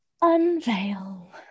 unveil